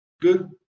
good